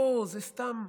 לא, זה סתם,